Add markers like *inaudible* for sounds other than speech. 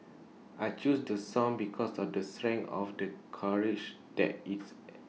I chose to song because of the strength of the courage that it's *noise*